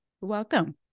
Welcome